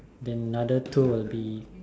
then other two will be